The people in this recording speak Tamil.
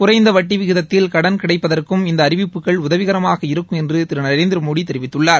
குறைந்த வட்டி விகிதத்தில் கடன் கிடைப்பதற்கும் இந்த அறிவிப்புககள் உதவிகரமாக இருக்கும் என்று திரு நரேந்திமோடி தெரிவித்துள்ளார்